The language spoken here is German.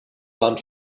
waren